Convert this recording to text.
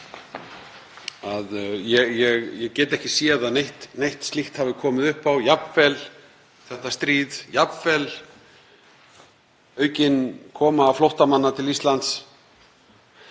Ég get ekki séð að neitt slíkt hafi komið upp á, jafnvel ekki þetta stríð, jafnvel ekki aukin koma flóttamanna til Íslands,